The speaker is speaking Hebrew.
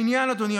העניין הוא,